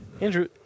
Andrew